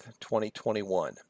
2021